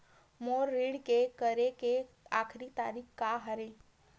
मोर ऋण के करे के आखिरी तारीक का हरे?